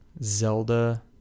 Zelda